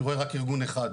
אני רואה רק ארגון אחד,